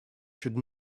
should